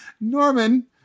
Norman